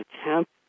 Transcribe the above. attempt